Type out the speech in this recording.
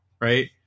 right